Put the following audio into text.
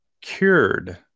cured